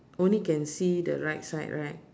only can see the right side right